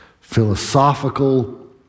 philosophical